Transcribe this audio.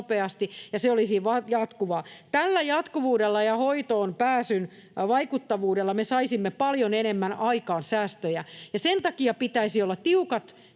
se olisi jatkuvaa. Tällä jatkuvuudella ja hoitoonpääsyn vaikuttavuudella me saisimme paljon enemmän aikaan säästöjä, ja sen takia pitäisi olla tiukat